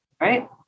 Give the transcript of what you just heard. right